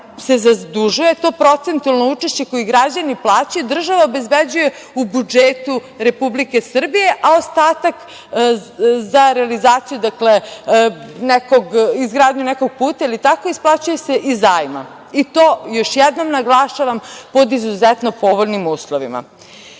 se zadužuje za to procentualno učešće koji građani plaćaju. Država obezbeđuje u budžetu Republike Srbije, a ostatak za realizaciju, izgradnju nekog puta ili tako, isplaćuje se iz zajma, i to još jednom naglašavam pod izuzetno povoljnim uslovima. Sve